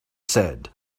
said